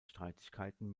streitigkeiten